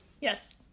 Yes